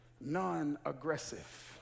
non-aggressive